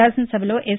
శాసనసభలో ఎస్